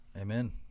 Amen